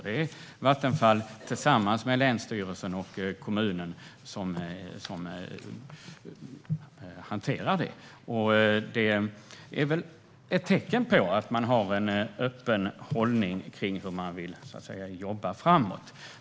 Det är Vattenfall tillsammans med länsstyrelsen och kommunen som hanterar detta, och det är väl ett tecken på att man har en öppen hållning i frågan hur man vill jobba framåt.